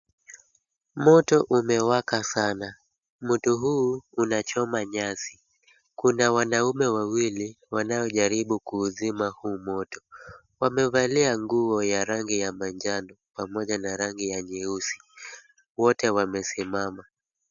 Moto umewaka sana. Moto huu unachoma nyasi. Kuna wanaume wawili wanaojaribu kuuzima huu moto. Wamevalia nguo ya rangi ya manjano pamoja na rangi ya nyeusi. Wote wamesimama.